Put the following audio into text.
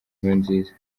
nkurunziza